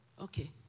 Okay